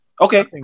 Okay